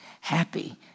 Happy